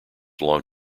long